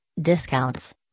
discounts